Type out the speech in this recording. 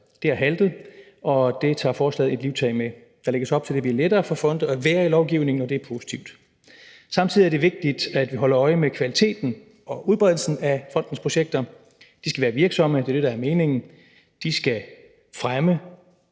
det har haltet, og det tager forslaget livtag med. Der lægges op til, at det bliver lettere for fonde at være i lovgivningen, og det er positivt. Samtidig er det vigtigt, at vi holder øje med kvaliteten og udbredelsen af fondens projekter. De skal være virksomme; det er det, der er meningen. De skal fremme